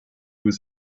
was